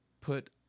put